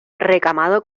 recamado